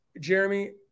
Jeremy